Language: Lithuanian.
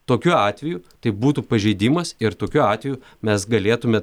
tokiu atveju tai būtų pažeidimas ir tokiu atveju mes galėtumėte